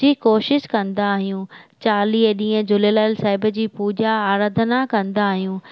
जी कोशिश कंदा आहियूं चालीह ॾींहं झूलेलाल साहेब जी पूजा आराधना कंदा आहियूं